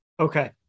Okay